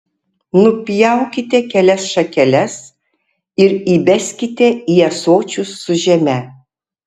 nupjaukite kelias šakeles ir įbeskite į ąsočius su žeme